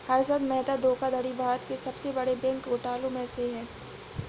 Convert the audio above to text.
हर्षद मेहता धोखाधड़ी भारत के सबसे बड़े बैंक घोटालों में से है